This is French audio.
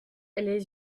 les